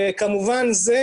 כמובן זה,